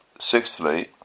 Sixthly